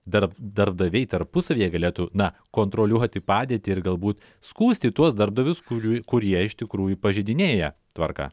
darb darbdaviai tarpusavyje galėtų na kontroliuoti padėtį ir galbūt skųsti tuos darbdavius kurių kurie iš tikrųjų pažeidinėja tvarką